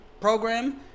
program